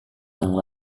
yang